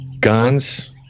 Guns